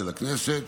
של הכנסת,